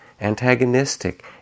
antagonistic